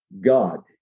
God